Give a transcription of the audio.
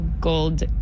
Gold